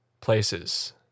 places